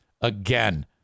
Again